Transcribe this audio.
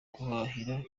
guhahira